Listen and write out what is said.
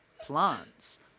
plants